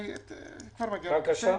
כבר מגיע לזה.